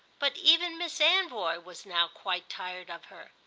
but even miss anvoy was now quite tired of her.